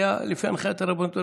לפי הנחיית הרבנות הראשית,